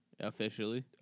Officially